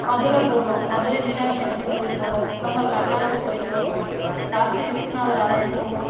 மதுரை போகணும் மதுரை மீனாட்சி அம்மன் கோயில் போகணும் சிதம்பரம் நடராஜன் கோயில் போகணும் காசி விஸ்வநாதர் ஆலயம் போகணும்